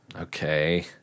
Okay